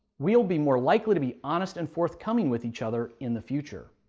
we'll be more likely to be honest and forthcoming with each other in the future.